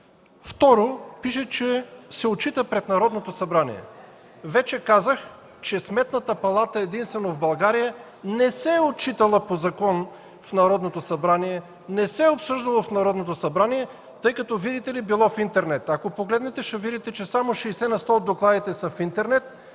Второ, пише, че се отчита пред Народното събрание. Вече казах, че Сметната палата единствено в България не се е отчитала по закон в Народното събрание, не се е обсъждало в Народното събрание, тъй като, видите ли, било в интернет. Ако погледнете ще видите, че само 60 на сто от докладите са в интернет